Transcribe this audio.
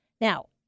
Now